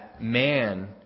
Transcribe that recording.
man